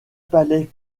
palais